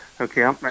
okay